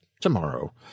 tomorrow